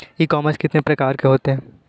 ई commerce कितने प्रकार के होते हैं?